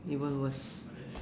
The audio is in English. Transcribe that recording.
even worse